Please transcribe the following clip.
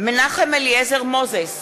מנחם אליעזר מוזס,